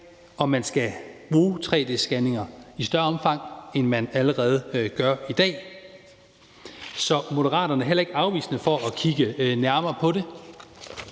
om man skal bruge 3D-scanninger i større omfang, end man allerede gør i dag. Så Moderaterne er heller ikke afvisende over for at kigge nærmere på det,